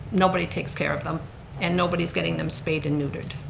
nobody takes care of them and nobody's getting them spayed and neutered.